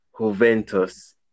Juventus